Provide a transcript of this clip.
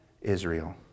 Israel